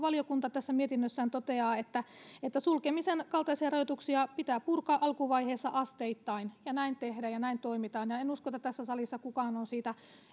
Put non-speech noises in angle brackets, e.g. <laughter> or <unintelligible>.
<unintelligible> valiokunta tässä mietinnössään toteaa että että sulkemisen kaltaisia rajoituksia pitää purkaa alkuvaiheessa asteittain ja näin tehdään ja näin toimitaan ja en usko että tässä salissa kukaan on siitä